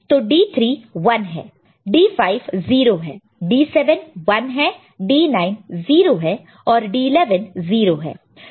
तो D3 1 है D5 0 है D7 1 है D9 0 है और D11 0 है